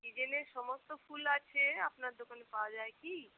সিজেনের সমস্ত ফুল আছে আপনার দোকানে পাওয়া যায় কি